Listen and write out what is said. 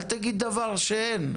אל תגיד דבר שאין.